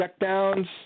checkdowns